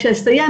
כשאסיים,